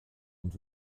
und